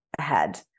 Ahead